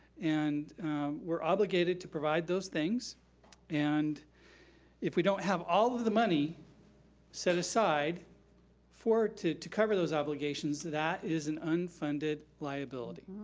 and we're obligated to provide those things and if we don't have all of the money set aside to to cover those obligations, that is an unfunded liability.